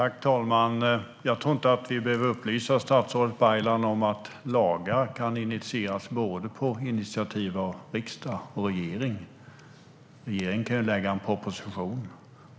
Herr talman! Jag tror inte att jag behöver upplysa statsrådet Baylan om att lagar kan initieras både från riksdagen och regeringen. Regeringen kan lägga fram en proposition.